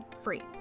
free